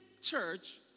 church